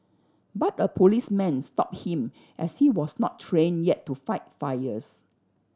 but a policeman stopped him as he was not trained yet to fight fires